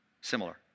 similar